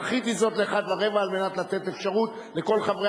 דחיתי זאת ל-13:15 על מנת לתת אפשרות לכל חברי